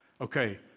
Okay